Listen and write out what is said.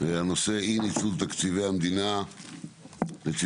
הכותרת היא אי ניצול תקציבי המדינה לצמצום